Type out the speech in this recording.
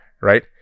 right